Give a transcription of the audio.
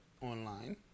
online